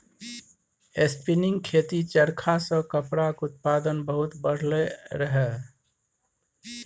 spinning jenny चरखा सँ कपड़ाक उत्पादन बहुत बढ़लै रहय